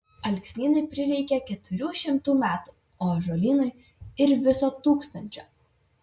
alksnynui prireikia keturių šimtų metų o ąžuolynui ir viso tūkstančio